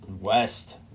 west